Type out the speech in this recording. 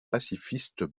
pacifistes